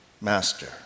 Master